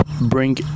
bring